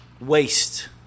waste